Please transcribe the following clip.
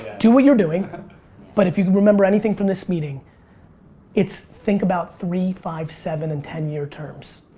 do what you're doing but if you remember anything from this meeting it's think about three, five, seven and ten year terms.